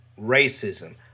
racism